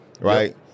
right